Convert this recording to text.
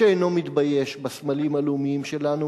שאינו מתבייש בסמלים הלאומיים שלנו